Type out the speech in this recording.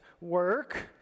work